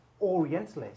Orientalist